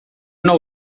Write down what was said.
nou